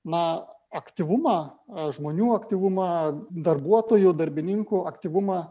na aktyvumą žmonių aktyvumą darbuotojų darbininkų aktyvumą